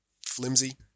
flimsy